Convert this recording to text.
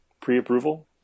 pre-approval